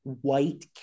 white